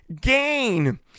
gain